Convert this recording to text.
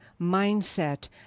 mindset